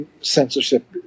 censorship